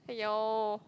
!aiyo!